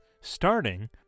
starting